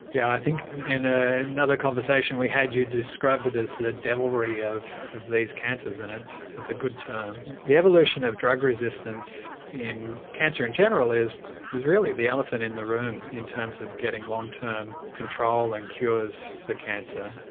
yeah i think in ah another conversation we had you described it as the devilry of these cancers and it's it's a good term. the evolution of drug resistance in cancer in general is is really the elephant in the room in terms of getting long-term control and cures for cancer.